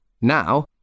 Now